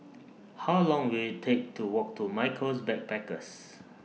How Long Will IT Take to Walk to Michaels Backpackers